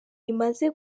imaze